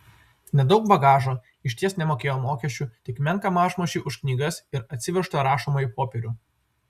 nedaug bagažo išties nemokėjo mokesčių tik menką mažmožį už knygas ir atsivežtą rašomąjį popierių